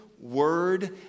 word